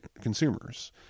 consumers